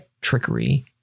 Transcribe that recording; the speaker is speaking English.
trickery